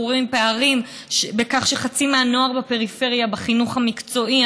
אנחנו רואים פערים בכך שחצי מהנוער בפריפריה בחינוך המקצועי.